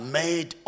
made